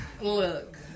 look